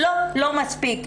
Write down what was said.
לא, לא מספיק.